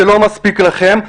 זה לא מספיק לכם,